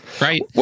right